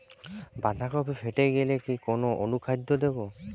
বাঁধাকপি ফেটে গেলে কোন অনুখাদ্য দেবো?